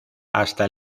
hasta